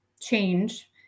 change